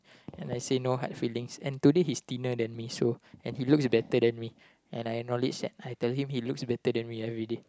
and I say no hard feelings and today he's thinner than me so and he looks better than me and I acknowledge that I tell him he looks better everyday and I say no hard feelings